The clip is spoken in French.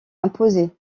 imposé